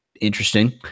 interesting